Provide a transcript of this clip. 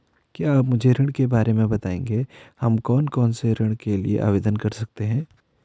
क्या आप मुझे ऋण के बारे में बताएँगे हम कौन कौनसे ऋण के लिए आवेदन कर सकते हैं?